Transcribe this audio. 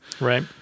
right